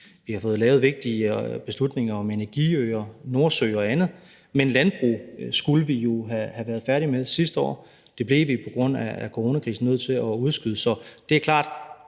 Vi har fået lavet vigtige beslutninger om energiøer i Nordsøen og andet. Men landbruget skulle vi jo have været færdig med sidste år. Det blev vi på grund af coronakrisen nødt til at udskyde, så det er klart,